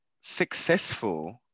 successful